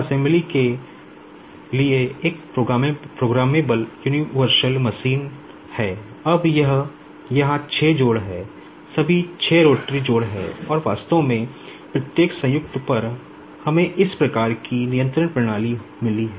अब यहाँ 6 जोड़ हैं सभी 6 रोटरी जोड़ हैं और वास्तव में प्रत्येक संयुक्त पर हमें इस प्रकार की नियंत्रण प्रणाली मिली है